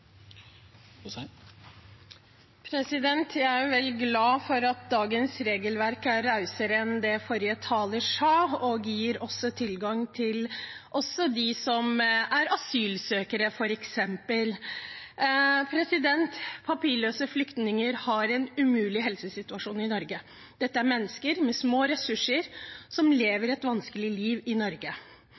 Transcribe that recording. rausere enn det forrige taler sa, og f.eks. gir tilgang også til dem som er asylsøkere. Papirløse flyktninger har en umulig helsesituasjon i Norge. Dette er mennesker med små ressurser som lever et vanskelig liv i Norge.